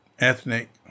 ethnic